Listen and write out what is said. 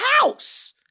house